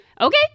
Okay